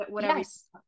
Yes